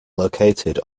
located